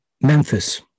Memphis